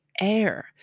air